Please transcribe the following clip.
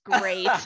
great